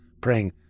praying